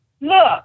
look